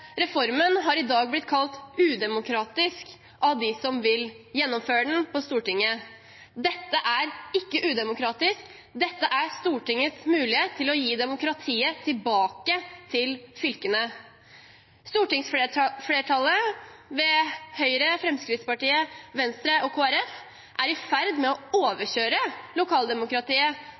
reformen har i dag blitt kalt udemokratisk av dem på Stortinget som vil gjennomføre den. Dette er ikke udemokratisk, dette er Stortingets mulighet til å gi demokratiet tilbake til fylkene. Stortingsflertallet, ved Høyre, Fremskrittspartiet, Venstre og Kristelig Folkeparti, er i ferd med å overkjøre lokaldemokratiet,